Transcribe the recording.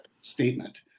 statement